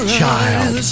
Child